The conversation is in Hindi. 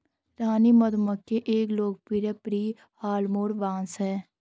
रानी मधुमक्खी एक लोकप्रिय प्री हार्डमोड बॉस है